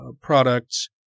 products